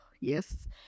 yes